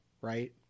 right